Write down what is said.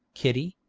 kitty,